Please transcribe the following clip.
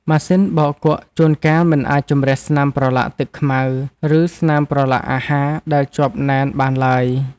ម៉ាស៊ីនបោកគក់ជួនកាលមិនអាចជម្រះស្នាមប្រឡាក់ទឹកខ្មៅ ឬស្នាមប្រឡាក់អាហារដែលជាប់ណែនបានឡើយ។